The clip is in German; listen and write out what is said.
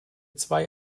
zwei